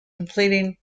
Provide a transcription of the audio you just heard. completing